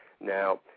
Now